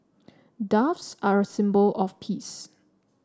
doves are a symbol of peace